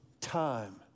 time